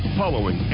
following